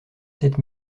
sept